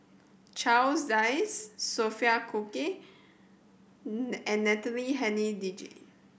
Charles Dyce Sophia Cooke and Natalie Hennedige